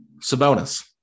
Sabonis